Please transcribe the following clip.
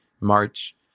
March